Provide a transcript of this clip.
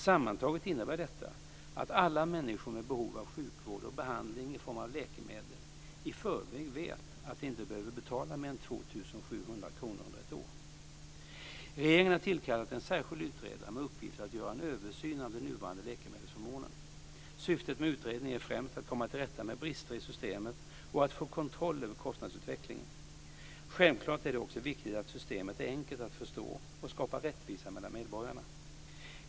Sammantaget innebär detta att alla människor med behov av sjukvård och behandling i form av läkemedel i förväg vet att de inte behöver betala mer än 2 700 kr under ett år. Regeringen har tillkallat en särskild utredare med uppgift att göra en översyn av den nuvarande läkemedelsförmånen. Syftet med utredningen är främst att komma till rätta med brister i systemet och att få kontroll över kostnadsutvecklingen. Självklart är det också viktigt att systemet är enkelt att förstå och skapar rättvisa mellan medborgarna.